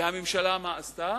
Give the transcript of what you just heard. והממשלה, מה עשתה?